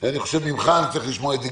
גדעון, אני חושב, אני צריך לשמוע ממך.